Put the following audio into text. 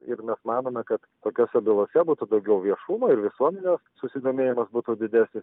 ir mes manome kad tokiose bylose būtų daugiau viešumo ir visuomenės susidomėjimas būtų didesnis